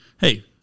Hey